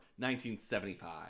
1975